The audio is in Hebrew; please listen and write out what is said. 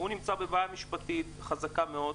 הוא בבעיה משפטית קשה מאוד,